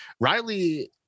Riley